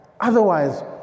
otherwise